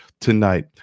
tonight